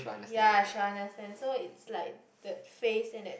ya shall understand so it likes the face and that